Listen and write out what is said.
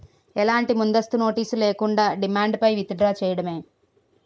ఎలాంటి ముందస్తు నోటీస్ లేకుండా, డిమాండ్ పై విత్ డ్రా చేయడమే